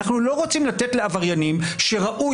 אנחנו לא רוצים לתת לעבריינים שראוי